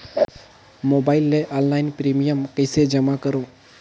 Mobile ले online premium कइसे जमा करों?